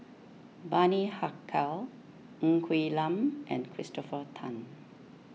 Bani Haykal Ng Quee Lam and Christopher Tan